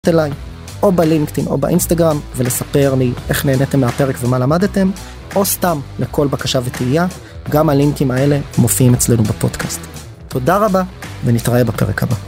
או בלינקדאין, או באינסטגרם, ולספר לי איך נהניתם מהפרק ומה למדתם, או סתם לכל בקשה ותהייה, גם הלינקים האלה מופיעים אצלנו בפודקאסט. תודה רבה, ונתראה בפרק הבא.